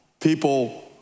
people